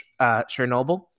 Chernobyl